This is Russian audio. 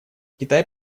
китай